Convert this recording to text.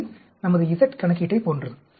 இது நமது z கணக்கீட்டைப் போன்றது